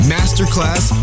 Masterclass